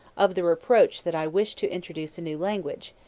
of the reproach that i wish to introduce a new language,